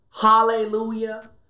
Hallelujah